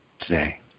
today